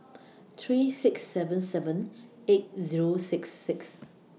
three six seven seven eight Zero six six